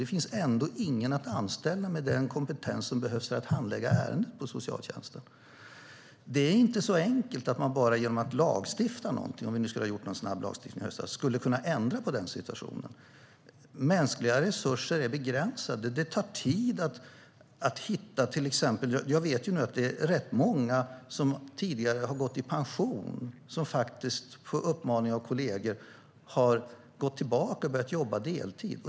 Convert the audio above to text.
Det finns ändå ingen att anställa med den kompetens som behövs för att handlägga dessa ärenden på socialtjänsten. Det är inte så enkelt att man med en snabb lagstiftning kan ändra på den situationen. Mänskliga resurser är begränsade. Det tar tid att hitta personal. Jag vet att många pensionärer på uppmaning av tidigare kollegor gått tillbaka och börjat jobba deltid.